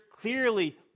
clearly